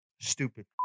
Stupid